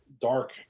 dark